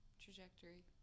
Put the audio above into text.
trajectory